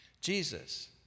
Jesus